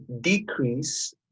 decrease